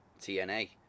TNA